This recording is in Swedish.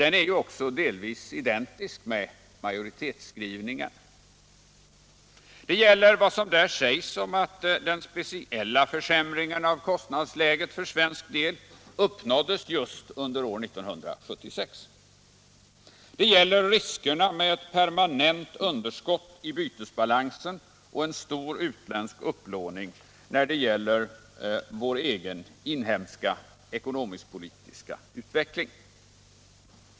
Den är ju också delvis identisk med majoritetsskrivningen. Det gäller påpekandet om att den speciella försämringen av kostnadsläget för svensk del uppnåddes just under år 1976, det gäller riskerna med ett permanent underskott i bytesbalansen och en stor utländsk upplåning för vår egen ekonomiskpolitiska utveckling.